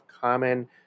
common